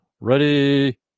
Ready